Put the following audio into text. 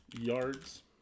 yards